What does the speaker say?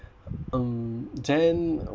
um then